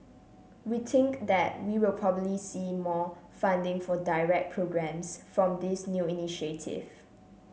we think that we will probably see more funding for direct programmes from this new initiative